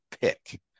pick